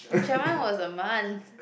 Chiang-Mai was a month